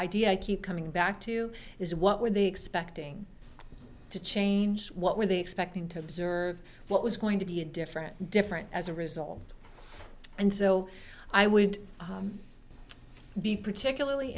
idea i keep coming back to is what were they expecting to change what were they expecting to observe what was going to be a different different as a result and so i would be particularly